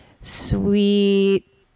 sweet